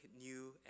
new